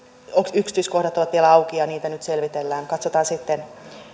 yksityiskohdat ovat vielä auki ja niitä nyt selvitellään katsotaan sitten